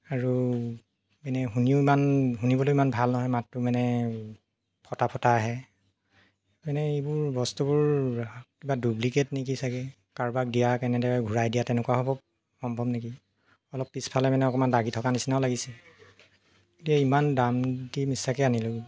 আৰু এনে শুনিও ইমান শুনিবলৈ ইমান ভাল নহয় মাতটো মানে ফটা ফটা আহে মানে এইবোৰ বস্তুবোৰ কিবা ডুপ্লিকেট নেকি ছাগে কাৰোবাক দিয়া কেনেদৰে ঘূৰাই দিয়া তেনেকুৱা হ'ব সম্ভৱ নেকি অলপ পিছফালে মানে অকণমান দাগি থকা নিচিনাও লাগিছে এ ইমান দাম দি মিচাকৈ আনিলো